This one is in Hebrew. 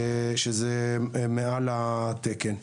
שזה מעל לתקן.